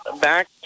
back